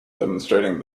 demonstrating